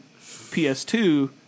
PS2